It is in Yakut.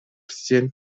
сиэн